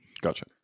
Gotcha